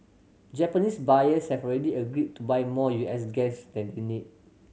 Japanese buyers have already agreed to buy more U S gas than they need